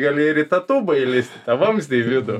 gali ir į tą tūbą įslyst į tą vamzdį į vidų